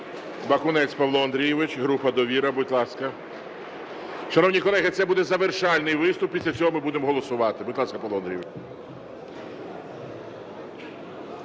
Бакунець Павло Андрійович, група "Довіра", будь ласка. Шановні колеги, це буде завершальний виступ. Після цього ми будемо голосувати. Будь ласка, Павло Андрійович.